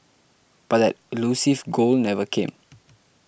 but that elusive goal never came